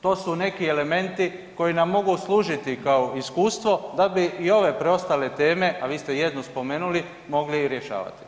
To su neki elementi koji nam mogu služiti kao iskustvo da bi i ove preostale teme, a vi ste jednu spomenuli, mogli rješavati.